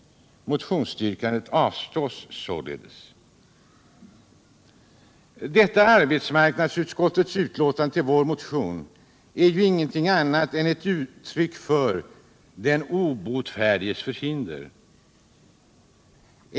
Motionsyrkandet avstyrks således.” Detta arbetsmarknadsutskottets utlåtande över vår motion är ju ingenting annat än ett uttryck för den obotfärdiges förhinder.